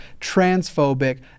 transphobic